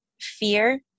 fear